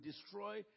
destroy